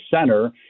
center